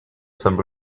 some